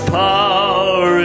power